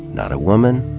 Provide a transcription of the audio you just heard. not a woman,